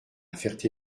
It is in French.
ferté